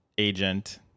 agent